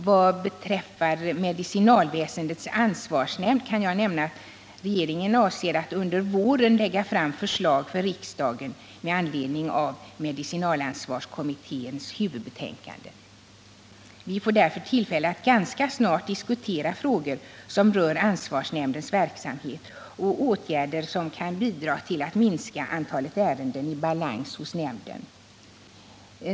Vad beträffar medicinalväsendets ansvarsnämnd kan jag nämna att regeringen avser att under våren lägga fram förslag för riksdagen med anledning av medicinalansvarskommitténs huvudbetänkande. Vi får därför tillfälle att ganska snart diskutera frågor som rör ansvarsnämndens verksamhet och åtgärder som kan bidra till att minska antalet ärenden i balans hos nämnden.